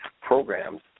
programs